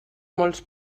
molts